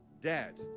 dad